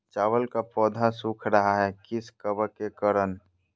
चावल का पौधा सुख रहा है किस कबक के करण?